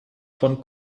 von